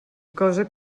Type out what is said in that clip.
cosa